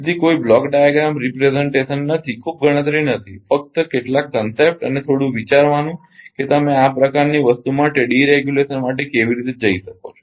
તેથી કોઈ block diagram representation નથી ખૂબ ગણતરી નથી ફક્ત કેટલાક ખ્યાલ અને થોડું વિચારવાનો કે તમે આ પ્રકારની વસ્તુ માટે ડીરેગ્યુલેશન માટે કેવી રીતે જઈ શકો છો